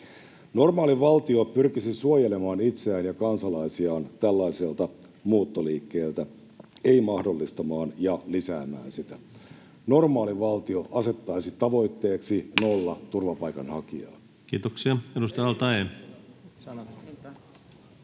Normaali valtio pyrkisi suojelemaan itseään ja kansalaisiaan tällaiselta muuttoliikkeeltä, ei mahdollistamaan ja lisäämään sitä. Normaali valtio asettaisi tavoitteeksi nolla